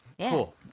Cool